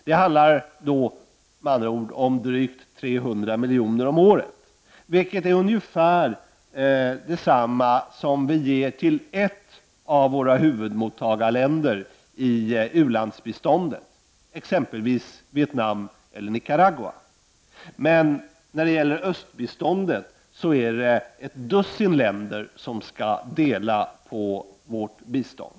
Det handlar med andra ord om drygt 300 miljoner om året, vilket är ungefär detsamma som vi ger till ett av våra huvudmottagarländer av u-landsbistånd, exempelvis Vietnam eller Nicaragua. Men när det gäller östbiståndet är det ett dussin länder som skall dela på vårt bistånd.